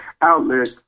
outlet